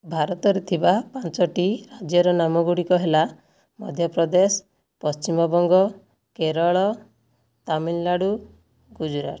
ଭାରତରେ ଥିବା ପାଞ୍ଚଟି ରାଜ୍ୟର ନାମ ଗୁଡ଼ିକ ହେଲା ମଧ୍ୟପ୍ରଦେଶ ପଶ୍ଚିମବଙ୍ଗ କେରଳ ତାମିଲନାଡ଼ୁ ଗୁଜୁରାଟ